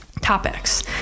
topics